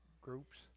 groups